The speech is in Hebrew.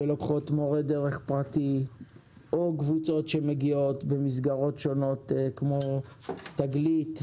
ולוקחות מורה דרך פרטי או קבוצות שמגיעות במסגרות שונות כמו תגלית,